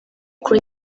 kuko